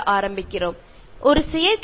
കൃത്രിമ ജീവിതത്തിൽ എല്ലാം മിഥ്യയാണ്